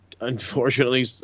unfortunately